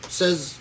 says